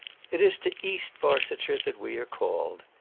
it is to east barsetshire that we are called.